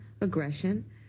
aggression